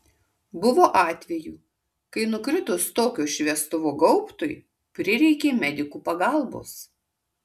buvo atvejų kai nukritus tokio šviestuvo gaubtui prireikė medikų pagalbos